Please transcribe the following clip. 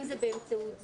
אם זה באמצעות זום,